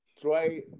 try